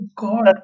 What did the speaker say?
god